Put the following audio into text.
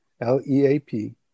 L-E-A-P